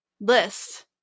List